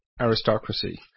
aristocracy